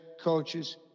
coaches